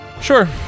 Sure